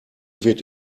weht